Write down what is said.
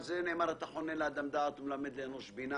על זה נאמר: "התכונן לאדם דעת וללמד אנוש בינה".